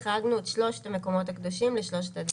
החרגנו את שלושת המקומות הקדושים לשלושת הדתות.